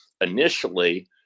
initially